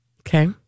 Okay